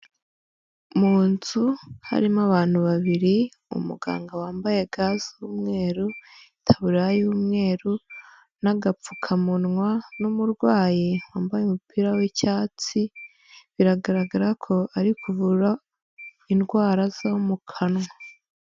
Mu nzu harimo abantu babiri umuganga wambaye ga z'umweru itaburiya y'umweru n'agapfukamunwa n'umurwayi wambaye umupira w'icyatsi biragaragara ko ari kuvura indwara zo mu kanwa.